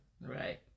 Right